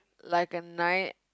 like a knight